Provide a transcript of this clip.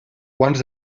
quants